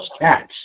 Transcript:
cats